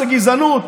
זו גזענות,